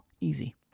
easy